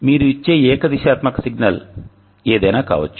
మీరు ఇచ్చే ఏకదిశాత్మక సిగ్నల్ ఏదైనా కావచ్చు